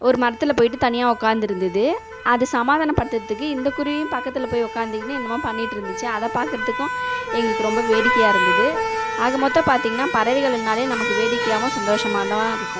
ஒரு மரத்துல போய்விட்டு தனியாக உட்கார்ந்திருந்தது அதை சமாதானம் படுத்துகிறதுக்கு இந்த குருவியும் பக்கத்தில் போய் உட்கார்ந்துகினு என்னமோ பண்ணிகிட்ருந்துச்சு அதை பார்க்குறதுக்கும் எங்களுக்கு ரொம்ப வேடிக்கையாக இருந்தது ஆக மொத்தம் பார்த்தீங்கனா பறவைகளுனாலே நமக்கு வேடிக்கையாகவும் சந்தோஷமாகதான் இருக்கும்